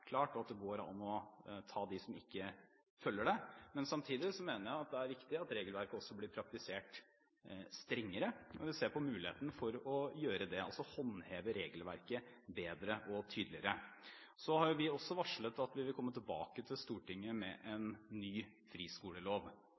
viktig at regelverket også blir praktisert strengere, og vil se på muligheten for å gjøre det, altså håndheve regelverket bedre og tydeligere. Vi har også varslet at vi vil komme tilbake til Stortinget med en ny friskolelov,